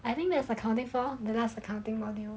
I think there's accounting four the last accounting module